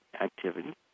activity